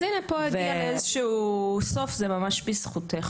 אז הנה, פה הגיע איזשהו סוף, זה ממש בזכותך.